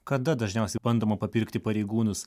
kada dažniausiai bandoma papirkti pareigūnus